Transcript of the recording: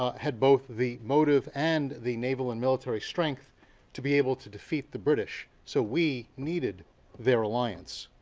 ah had both the motive and the naval and military strength to be able to defeat the british. so we needed their alliance.